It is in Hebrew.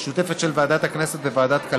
שעניינו רשויות תחבורה מטרופוליניות,